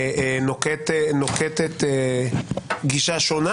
נוקטת גישה שונה,